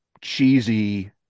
cheesy